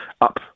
up